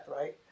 right